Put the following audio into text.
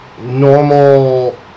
normal